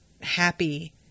happy